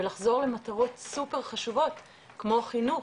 ולחזור למטרות סופר חשובות כמו חינוך.